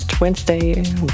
Wednesday